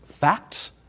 facts